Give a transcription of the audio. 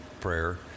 prayer